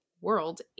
world